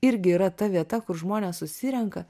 irgi yra ta vieta kur žmonės susirenka